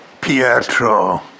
Pietro